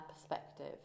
perspective